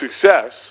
success